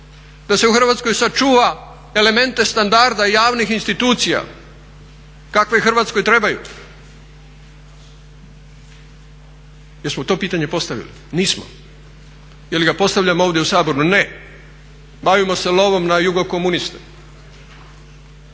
da se u Hrvatskoj sačuva elemente standarda javnih institucija kakve Hrvatskoj trebaju? Jesmo to pitanje postavili? Nismo. jel ga postavljamo ovdje u Saboru? Ne. Bavimo se lovom na jugo komuniste,